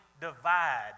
divide